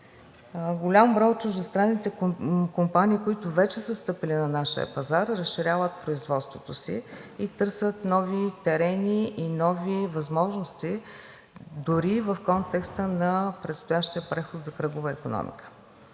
Голям брой от чуждестранните компании, които вече са стъпили на нашия пазар, разширяват производството си и търсят нови терени, нови възможности, дори и в контекста на предстоящия преход за кръгова икономика.